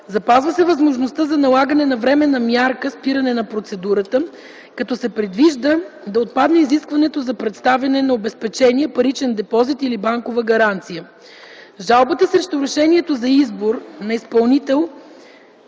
Запазва се възможността за налагане на временна мярка „спиране на процедурата”, като се предвижда да отпадне изискването за представяне на обезпечение – паричен депозит или банкова гаранция. Жалбата срещу решението за избор на изпълнител